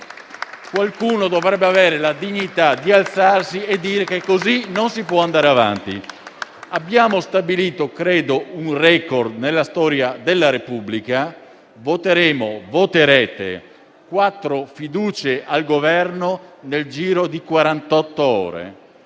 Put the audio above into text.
Qualcuno dovrebbe avere la dignità di alzarsi e dire che così non si può andare avanti. Abbiamo stabilito, credo, un *record* nella storia della Repubblica: voterete quattro fiducie al Governo nel giro di